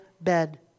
bed